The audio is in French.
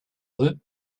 eux